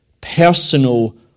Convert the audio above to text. personal